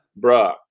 Bruh